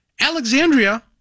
Alexandria